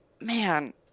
man